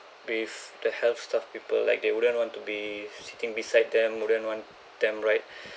with the health stuff people like they wouldn't want to be sitting beside them wouldn't want them right